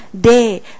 day